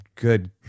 Good